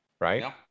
Right